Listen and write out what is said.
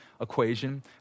equation